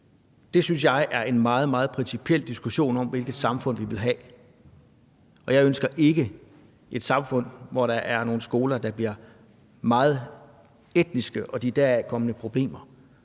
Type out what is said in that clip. Det synes jeg er en meget, meget principiel diskussion om, hvilket samfund vi vil have. Og jeg ønsker ikke et samfund, hvor der er nogle skoler, der bliver meget etniske med de deraf følgende problemer;